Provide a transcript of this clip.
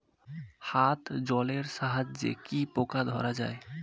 হাত জলের সাহায্যে কি পোকা ধরা যায়?